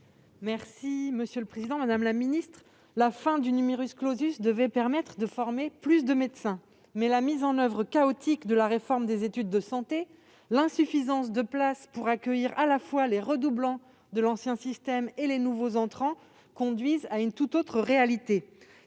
et de la santé. Madame la ministre, la fin du devait permettre de former plus de médecins. Mais la mise en oeuvre chaotique de la réforme des études de santé, l'insuffisance de places pour accueillir à la fois les redoublants de l'ancien système et les nouveaux entrants conduisent à une tout autre réalité.